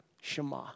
Shema